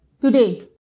today